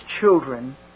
children